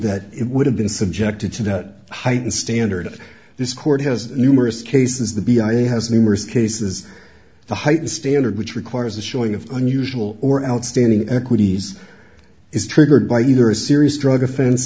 that it would have been subjected to that heightened standard this court has numerous cases the b i a has numerous cases the heightened standard which requires a showing of unusual or outstanding equities is triggered by either a serious drug offen